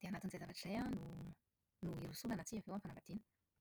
Dia anatin'izay zavatra izay an no no hirosoana na tsia avy eo amin'ny fanambadiana.